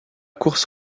course